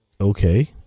Okay